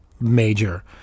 Major